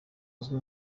uzwi